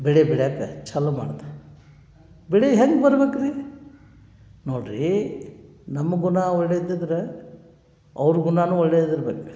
ಬೆಳೆ ಬೆಳಿಯೋಕ್ಕೆ ಚಾಲೂ ಮಾಡ್ತಾ ಬೆಳೆ ಹೆಂಗೆ ಬರ್ಬೇಕ್ರೀ ನೋಡಿರಿ ನಮ್ಮ ಗುಣ ಒಳ್ಳೆಯದಿದ್ರೆ ಅವ್ರ ಗುಣನೂ ಒಳ್ಳೇದು ಇರ್ಬೇಕು